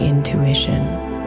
intuition